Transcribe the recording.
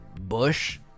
Bush